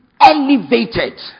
elevated